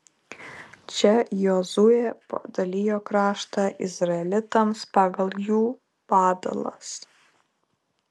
čia jozuė padalijo kraštą izraelitams pagal jų padalas